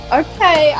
okay